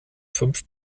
fünf